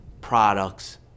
products